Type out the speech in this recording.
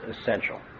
essential